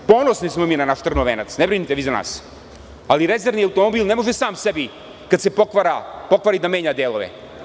Ponosni smo mi na naš „trnov venac“, ne brinite vi za nas, ali rezervni automobil, ne može sam sebi, kada se pokvari, da menja delove.